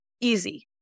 easy